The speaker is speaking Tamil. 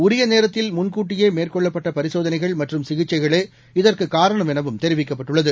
உரிய நேரத்தில் முன்கூட்டியே மேற்கொள்ளப்பட்ட பரிசோதனைகள் மற்றும் சிகிக்கைகளே இதற்கு காரணம் எனவும் தெரிவிக்கப்பட்டுள்ளது